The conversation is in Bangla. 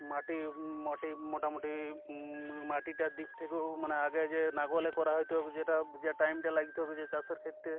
মাটি মাটি মোটামোটি মাটিটার দিক থেকেও মানে আগে যে লাঙ্গলে করা হতো যেটা যে টাইমটা লাগতো বুঝি চাষের ক্ষেত্রে